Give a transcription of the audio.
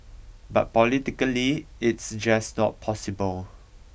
but politically it's just not possible